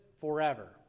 forever